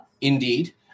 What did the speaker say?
Indeed